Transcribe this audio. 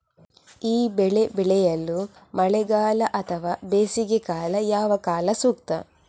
ಈ ಬೆಳೆ ಬೆಳೆಯಲು ಮಳೆಗಾಲ ಅಥವಾ ಬೇಸಿಗೆಕಾಲ ಯಾವ ಕಾಲ ಸೂಕ್ತ?